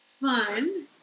fun